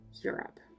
Europe